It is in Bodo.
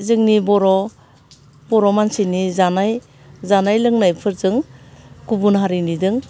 जोंनि बर' बर' मानसिनि जानाय जानाय लोंनायफोरजों गुबुन हारिनिजों